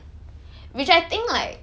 which I think like